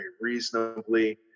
reasonably